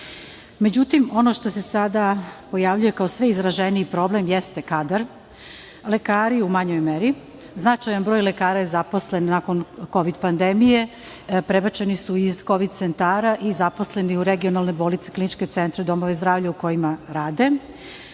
ono što se sada pojavljuje kao sve izraženiji problem jeste kadar, lekari u manjoj meri. Značajan broj lekara je zaposlen nakon kovid pandemije. Prebačeni su iz kovid centara i zaposleni u regionalne bolnice, kliničke centre, domove zdravlja u kojima rade,